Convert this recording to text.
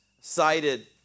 cited